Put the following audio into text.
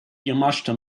yamashita